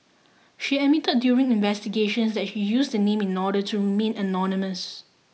she admitted during investigations that she used the name in order to remain anonymous